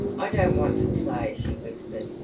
i don't want to play, she whispered.